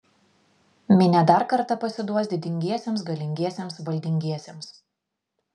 minia dar kartą pasiduos didingiesiems galingiesiems valdingiesiems